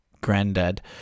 granddad